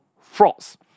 frauds